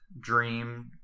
dream